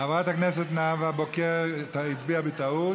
חברת הכנסת נאוה בוקר הצביעה בטעות